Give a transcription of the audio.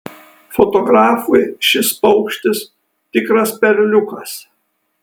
fotografui šis paukštis tikras perliukas